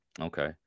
okay